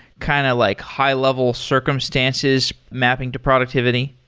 kind of like high-level circumstances mapping to productivity?